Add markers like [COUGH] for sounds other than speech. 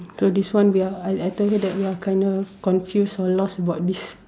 so this one we are I I told her that we are kind of confused or lost about this [LAUGHS]